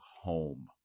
home